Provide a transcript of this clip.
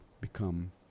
become